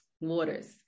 waters